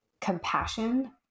compassion